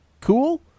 cool